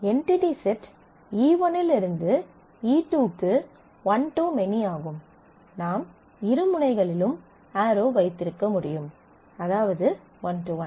entity set E 1 இல் இருந்து E 2 க்கு ஒன் டு மெனி ஆகும் நாம் இரு முனைகளிலும் ஆரோ வைத்திருக்க முடியும் அதாவது ஒன் டு ஒன்